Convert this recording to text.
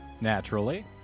Naturally